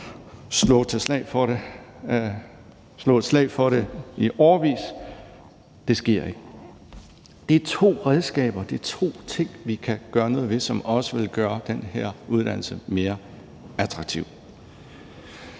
slå et slag for det i årevis, men det sker ikke. Det er to redskaber, det er to ting, som vi kan gøre noget ved, som også vil gøre den her uddannelse mere attraktiv.